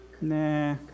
nah